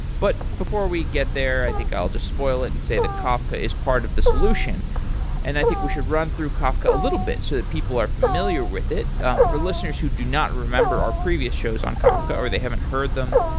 but before we get there, i think i'll just spoil it and say that kafka is part of the solution and i think we should run through kafka a little bit so that people are familiar with it for listeners who do not remember our previous shows on kafka or they haven't heard them,